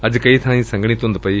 ਅੱਜ ਕਈ ਬਾਈਂ ਸੰਘਣੀ ਧੂੰਦ ਪਈ